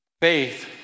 Faith